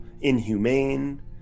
inhumane